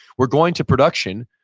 we're going to production.